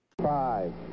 Five